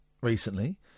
recently